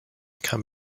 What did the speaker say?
can